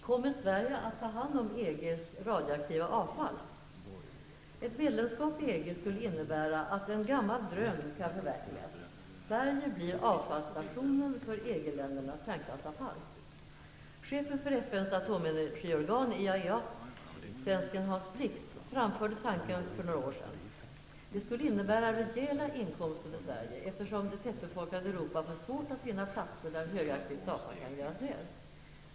Kommer Sverige att ta hand om EGs radioaktiva avfall? Ett medlemskap i EG skulle innebära att en gammal dröm kan förverkligas, nämligen att Sverige blir avfallsstation för EG-ländernas kärnkraftsavfall. Chefen för FNs atomenergiorgan, IAEA, svensken Hans Blix, framförde tanken för några år sedan. Det skulle innebära rejäla inkomster för Sverige, eftersom det tättbefolkade Europa får svårt att finna platser där högaktivt avfall kan grävas ned.